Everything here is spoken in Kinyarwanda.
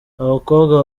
abakobwa